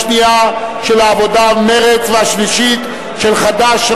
השנייה של העבודה ומרצ והשלישית של חד"ש,